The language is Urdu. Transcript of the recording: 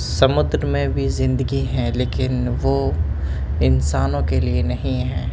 سمندر میں بھی زندگی ہیں لیکن وہ انسانوں کے لیے نہیں ہے